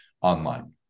online